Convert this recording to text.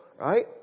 right